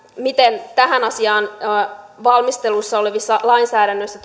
miten tämä asia tullaan huomioimaan valmistelussa olevassa lainsäädännössä